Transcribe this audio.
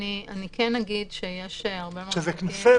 --- אני כן אגיד שיש הרבה מאוד גופים